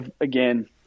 again